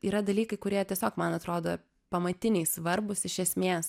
yra dalykai kurie tiesiog man atrodo pamatiniai svarbūs iš esmės